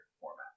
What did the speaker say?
format